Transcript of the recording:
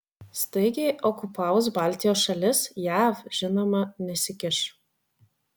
staigiai okupavus baltijos šalis jav žinoma nesikiš